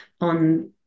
on